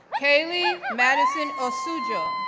kayli madison osuoji, ah